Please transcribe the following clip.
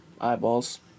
eyeballs